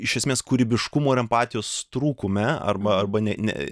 iš esmės kūrybiškumo ir empatijos trūkume arba arba ne ne